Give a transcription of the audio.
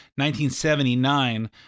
1979